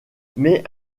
mais